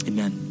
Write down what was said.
Amen